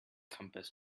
compass